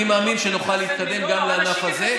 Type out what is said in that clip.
אני מאמין שנוכל להתקדם גם לענף הזה.